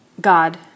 God